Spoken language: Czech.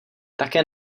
také